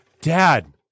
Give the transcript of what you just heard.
Dad